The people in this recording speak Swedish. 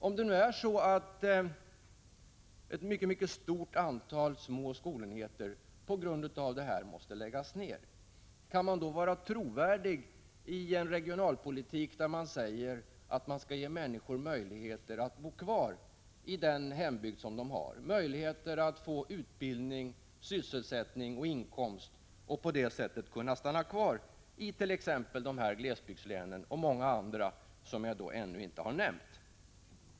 Om nu ett mycket stort antal små skolenheter på grund av detta måste läggas ned, kan man då vara trovärdig när man säger att regionalpolitiken skall ge möjligheter att bo kvar på hemorten? Kan man då verka trovärdig när man säger att människor skall ha möjligheter att få utbildning, sysselsättning och inkomst och på det sättet kunna stanna kvar i t.ex. dessa glesbygdslän och också i många andra län som jag inte har nämnt?